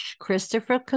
christopher